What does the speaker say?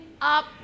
up